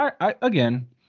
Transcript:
again